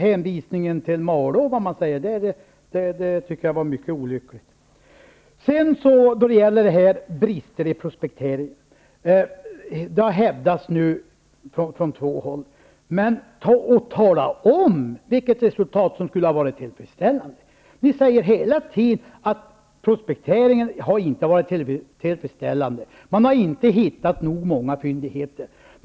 Hänvisningen till vad man säger i Malå tycker jag var mycket olycklig. Sedan till bristerna i prospekteringen. Det har nu hävdats från två håll. Ta då och tala om vilket resultat som skulle ha varit tillfredsställande. Ni säger hela tiden att prospekteringen inte har varit tillfredsställande. Man har inte hittat nog många fyndigheter.